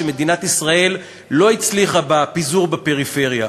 שמדינת ישראל לא הצליחה בפיזור בפריפריה,